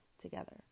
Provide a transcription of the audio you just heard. together